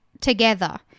together